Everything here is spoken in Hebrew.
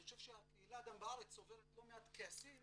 אני חושב שהקהילה גם בארץ צוברת לא מעט כעסים